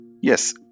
Yes